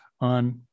on